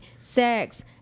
sex